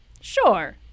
sure